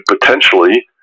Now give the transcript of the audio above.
potentially